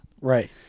Right